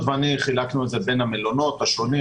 ואני חילקנו את זה בין המלונות השונים,